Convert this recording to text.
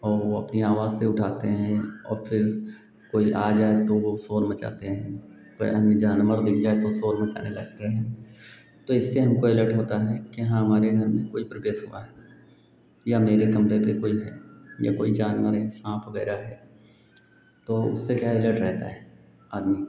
और वह अपनी आवाज़ से ही उठाते हैं और फिर कोई आ गया तो वह शोर मचाते हैं कोई अन्य जानवर दिख जाए तो शोर मचाने लगते हैं तो इससे हमको अलर्ट होता है कि हाँ हमारे घर में कोई प्रवेश कर गया या मेरे कमरे पर कोई है या कोई जानवर है सांप वगैरह है तो इससे क्या होता अलर्ट रहता है आदमी